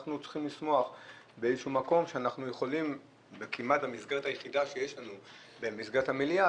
אנחנו צריכים לשמוח שניתן לדון בדברים הללו במסגרת המליאה.